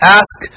ask